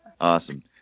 awesome